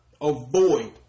Avoid